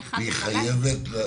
היא חייבת להזריק?